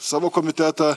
savo komitetą